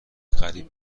قریب